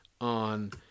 on